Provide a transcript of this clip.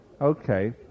Okay